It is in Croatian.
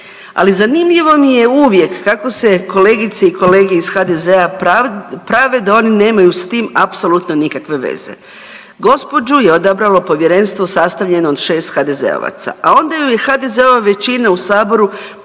Ali zanimljivo mi je uvijek kako se kolegice i kolege iz HDZ-a prave da oni nemaju s tim apsolutno nikakve veze. Gospođu je odabralo povjerenstvo sastavljeno od 6 HDZ-ovaca, a onda ju je HDZ-ova većina u saboru